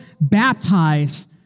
baptize